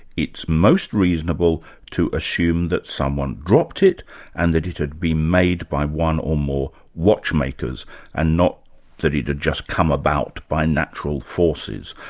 it's most reasonable to assume that someone dropped it and that it had been made by one or more watchmakers and not that it had just come about by natural forces.